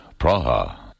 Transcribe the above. Praha